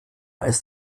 ist